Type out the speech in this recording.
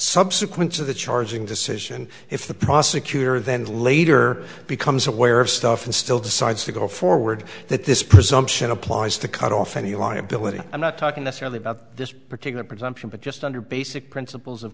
subsequent to the charging decision if the prosecutor then later becomes aware of stuff and still decides to go forward that this presumption applies to cut off any liability i'm not talking necessarily about this particular presumption but just under basic principles of